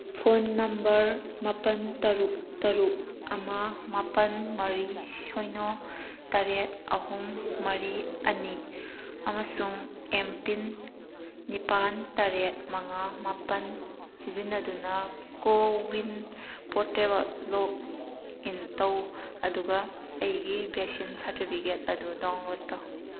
phone number ꯃꯥꯄꯜ ꯇꯔꯨꯛ ꯇꯔꯨꯛ ꯑꯃꯑ ꯃꯥꯄꯜ ꯃꯔꯤ ꯁꯤꯅꯣ ꯇꯔꯦꯠ ꯑꯍꯨꯝ ꯃꯔꯤ ꯑꯅꯤ ꯑꯃꯁꯨꯡ ꯑꯦꯝ ꯄꯤꯟ ꯅꯤꯄꯥꯜ ꯇꯔꯦꯠ ꯃꯉꯥ ꯃꯥꯄꯜ ꯁꯤꯖꯤꯟꯅꯗꯨꯅ ꯀꯣꯋꯤꯟ ꯄꯣꯔꯇꯦꯜꯗ ꯂꯣꯛꯏꯟ ꯇꯧ ꯑꯗꯨꯒ ꯑꯩꯒꯤ ꯚꯦꯁꯤꯟ ꯁꯥꯔꯇꯤꯕꯤꯒꯦꯠ ꯑꯗꯨ ꯗꯥꯎꯟꯂꯣꯗ ꯇꯧ